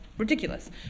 Ridiculous